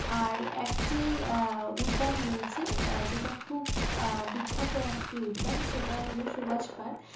আর একটি উদ্যান রয়েছে যেটা খুব বিখ্যাত একটি উদ্যান সেটা হল সুভাষ পার্ক